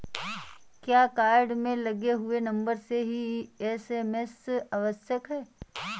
क्या कार्ड में लगे हुए नंबर से ही एस.एम.एस आवश्यक है?